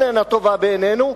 איננה טובה בעינינו.